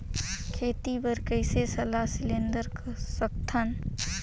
खेती बर कइसे सलाह सिलेंडर सकथन?